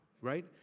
right